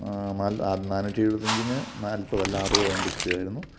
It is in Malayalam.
നൽ നാനൂറ്റി എഴുപത്തഞ്ചിന് നാൽപ്പതല്ല അറുവത് എം ബി സ്പീഡായിരുന്നു